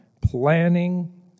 planning